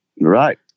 Right